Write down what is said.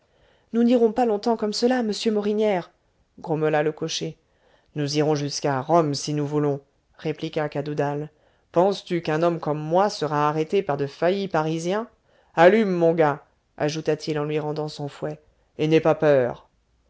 nous n'irons pas longtemps comme cela monsieur morinière grommela le cocher nous irons jusqu'à rome si nous voulons répliqua cadoudal penses-tu qu'un homme comme moi sera arrêté par de faillis parisiens allume mon gars ajouta-t-il en lui rendant son fouet et n'aie pas peur